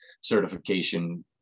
certification